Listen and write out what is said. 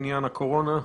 בעניין הקורונה.